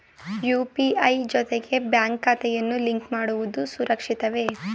UPI ಜೊತೆಗೆ bank ಖಾತೆಯನ್ನು link ಮಾಡುವುದು ಸುರಕ್ಷಿತವೇ?